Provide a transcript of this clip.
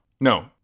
No